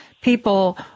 people